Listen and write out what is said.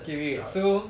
let's start